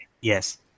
Yes